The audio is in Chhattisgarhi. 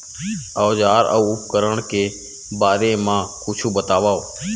औजार अउ उपकरण के बारे मा कुछु बतावव?